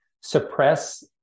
suppress